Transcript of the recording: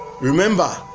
Remember